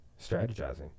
Strategizing